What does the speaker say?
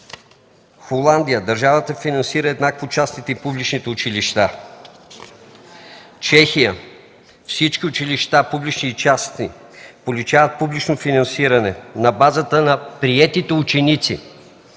Холандия – държавата финансира еднакво частните и публичните училища. Чехия – всички училища (публични и частни), получават публично финансиране на базата на приетите ученици.